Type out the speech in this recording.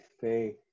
faith